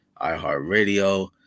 iHeartRadio